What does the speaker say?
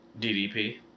DDP